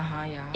a'ah ya